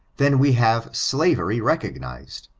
then we have slavery rea giiized.